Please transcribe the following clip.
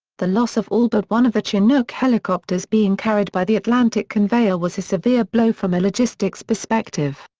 the loss of all but one of the chinook helicopters being carried by the atlantic conveyor was a severe blow from a logistics perspective.